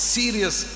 serious